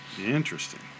Interesting